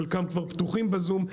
חלקם כבר פתוחים בזום.